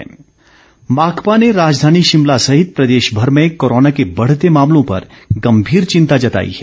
माकपा दूसरी ओर माकपा ने राजधानी शिमला सहित प्रदेशभर में कोरोना के बढ़ते मामलों पर गम्भीर चिंता जताई है